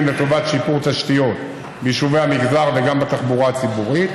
לטובת שיפור תשתיות ביישובי המגזר וגם בתחבורה הציבורית,